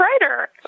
writer